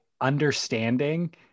understanding